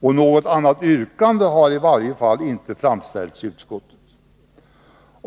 Något annat yrkande har i varje fall inte framställts i utskottet.